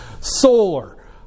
solar